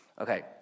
Okay